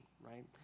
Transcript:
right